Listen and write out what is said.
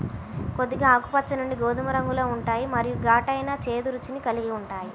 కొద్దిగా ఆకుపచ్చ నుండి గోధుమ రంగులో ఉంటాయి మరియు ఘాటైన, చేదు రుచిని కలిగి ఉంటాయి